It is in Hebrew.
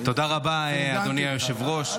תודה רבה, אדוני היושב-ראש.